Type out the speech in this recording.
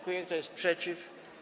Kto jest przeciw?